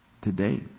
today